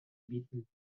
bieten